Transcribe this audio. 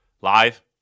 Live